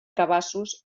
cabassos